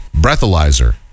breathalyzer